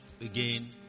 again